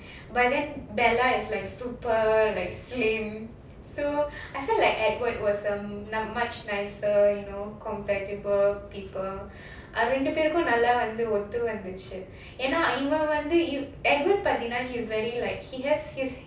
but then bella is like super like slim so I feel like edward was a much nicer you know compatible people ரெண்டு பேருக்கும் நல்லா வந்து ஓத்துவந்துச்சு ஏன்னா இவன் வந்து:rendu perukku nallaa vandhu oththuvandhuchu yaennaa ivan vandhu edward பார்த்தினா:paarteenaa he's very like he has his